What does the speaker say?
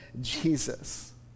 Jesus